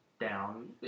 down